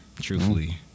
truthfully